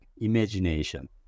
imagination